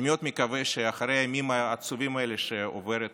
אני מאוד מקווה שאחרי הימים העצובים האלה שעוברת